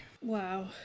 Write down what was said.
Wow